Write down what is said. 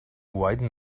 widen